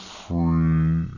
free